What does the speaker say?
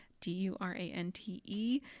D-U-R-A-N-T-E